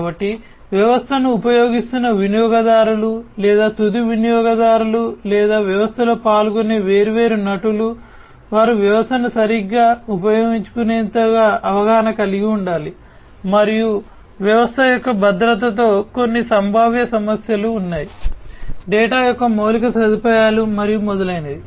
కాబట్టి వ్యవస్థను ఉపయోగిస్తున్న వినియోగదారులు లేదా తుది వినియోగదారులు లేదా వ్యవస్థలో పాల్గొనే వేర్వేరు నటులు వారు వ్యవస్థను సరిగ్గా ఉపయోగించుకునేంతగా అవగాహన కలిగి ఉండాలి మరియు వ్యవస్థ యొక్క భద్రతతో కొన్ని సంభావ్య సమస్యలు ఉన్నాయి డేటా యొక్క మౌలిక సదుపాయాలు మరియు మొదలైనవి